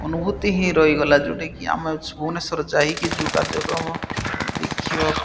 ଅନୁଭୂତି ହିଁ ରହିଗଲା ଯେଉଁଟାକି ଆମେ ଭୁବନେଶ୍ୱର ଯାଇକି ଯେଉଁ କାର୍ଯ୍ୟକ୍ରମ ଦେଖିବା